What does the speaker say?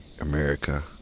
America